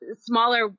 smaller